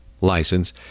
license